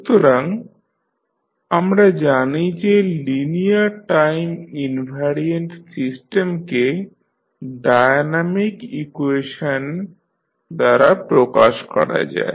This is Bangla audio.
সুতরাং আমরা জানি যে লিনিয়ার টাইম ইনভ্যারিয়ান্ট সিস্টেমকে ডায়নামিক ইকুয়েশন দ্বারা প্রকাশ করা যায়